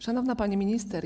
Szanowna Pani Minister!